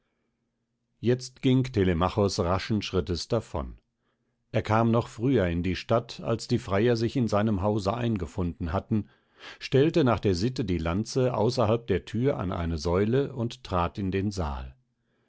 jetzt ging telemachos raschen schrittes davon er kam noch früher in die stadt als die freier sich in seinem hause eingefunden hatten stellte nach der sitte die lanze außerhalb der thür an eine säule und trat in den saal